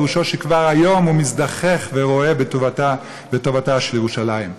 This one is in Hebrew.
פירושו שכבר היום הוא מזדכך ורואה בטובתה של ירושלים.